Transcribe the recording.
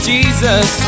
Jesus